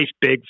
big